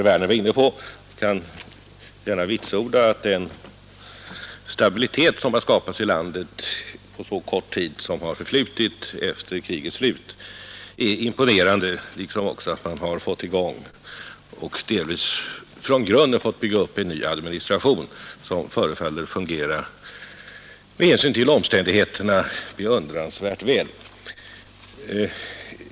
Jag kan vitsorda att den stabilitet som har skapats i landet under den korta tid som har förflutit efter krigets slut är imponerande liksom också att man har fått i gång — och delvis från grunden byggt upp — en ny administration, som förefaller fungera med hänsyn till omständigheterna beundransvärt väl.